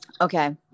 Okay